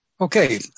Okay